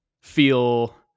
feel